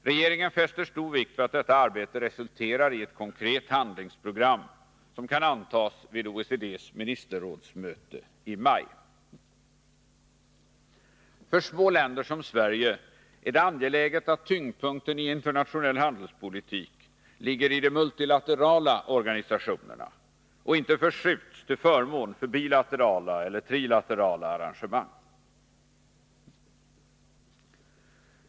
Regeringen fäster stor vikt vid att detta arbete resulterar i ett konkret handlingsprogram, som kan antas vid OECD:s ministermöte i maj. För små länder som Sverige är det angeläget att tyngdpunkten i internationell handelspolitik ligger i de multilaterala organisationerna och inte förskjuts till förmån för bilaterala eller trilaterala arrangemang.